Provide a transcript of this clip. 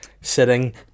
sitting